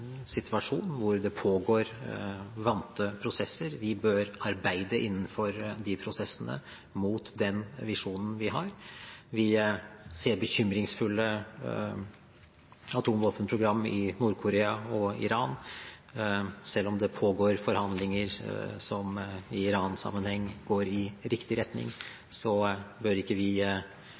situasjon hvor det pågår vante prosesser. Vi bør arbeide innenfor de prosessene mot den visjonen vi har. Vi ser bekymringsfulle atomvåpenprogram i Nord-Korea og Iran. Selv om det pågår forhandlinger som i Iran-sammenheng går i riktig retning, bør vi ikke